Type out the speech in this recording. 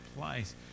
place